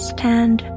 Stand